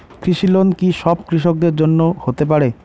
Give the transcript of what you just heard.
কৃষি লোন কি সব কৃষকদের জন্য হতে পারে?